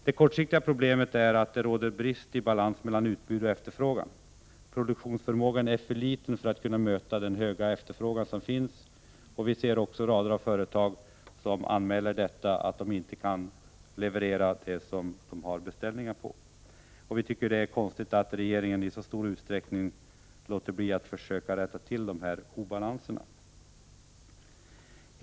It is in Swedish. Det kortsiktiga problemet anser jag vara att det råder brist i balansen mellan utbud och efterfrågan. Produktionsförmågan är för liten för att kunna möta den höga efterfrågan. Rader av företag anmäler att de inte kan leverera det som de har beställningar på. Det är anmärkningsvärt att regeringen i så stor utsträckning låter bli att försöka rätta till dessa obalanser.